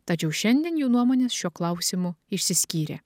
tačiau šiandien jų nuomonės šiuo klausimu išsiskyrė